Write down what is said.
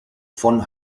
von